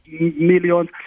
millions